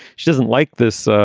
she doesn't like this.